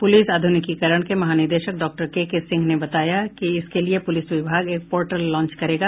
police आध्रनिकीकरण के महानिदेशक डॉक्टर केके सिंह ने बताया कि इसके लिए पुलिस विभाग एक पोर्टल लांच करेगा